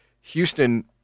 Houston